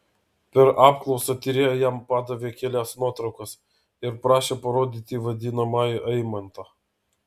per apklausą tyrėja jam padavė kelias nuotraukas ir prašė parodyti vadinamąjį eimantą